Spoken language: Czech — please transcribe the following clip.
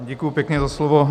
Děkuju pěkně za slovo.